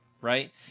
Right